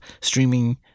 streaming